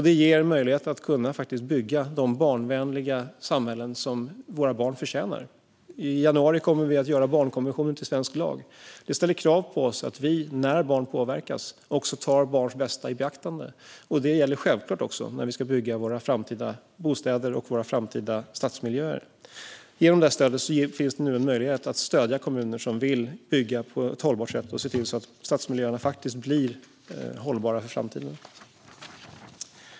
Det ger möjlighet att bygga de barnvänliga samhällen som våra barn förtjänar. I januari kommer vi att göra barnkonventionen till svensk lag. Det ställer krav på oss att vi när barn påverkas tar barns bästa i beaktande, och det gäller självklart också när vi ska bygga våra framtida bostäder och våra framtida stadsmiljöer. Genom detta stöd finns det nu en möjlighet att stödja kommuner som vill bygga på ett hållbart sätt och se till att stadsmiljöerna blir hållbara för framtiden.